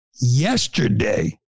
yesterday